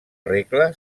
regla